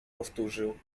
powtórzył